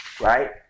right